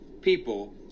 people